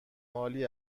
عالی